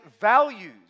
values